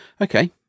Okay